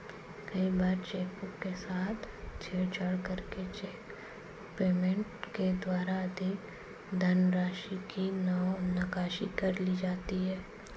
कई बार चेकबुक के साथ छेड़छाड़ करके चेक पेमेंट के द्वारा अधिक धनराशि की निकासी कर ली जाती है